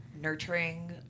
nurturing